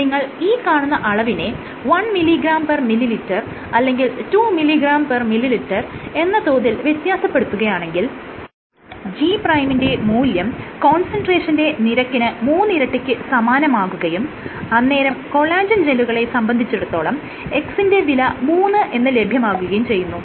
അതിനർത്ഥം നിങ്ങൾ ഈ കാണുന്ന അളവിനെ 1 mgml അല്ലെങ്കിൽ 2 mgml എന്ന തോതിൽ വ്യത്യാസപെടുത്തുകയാണെങ്കിൽ G' ന്റെ മൂല്യം കോൺസെൻട്രേഷന്റെ നിരക്കിന് മൂന്നിരട്ടിക്ക് സമാനമാകുകയും അന്നേരം കൊളാജെൻ ജെല്ലുകളെ സംബന്ധിച്ചിടത്തോളം x ന്റെ വില മൂന്ന് എന്ന് ലഭ്യമാകുകയും ചെയ്യുന്നു